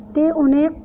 ते उ'नें